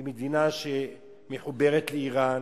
היא מדינה שמחוברת לאירן,